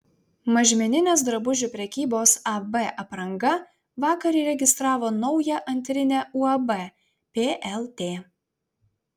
mažmeninės drabužių prekybos ab apranga vakar įregistravo naują antrinę uab plt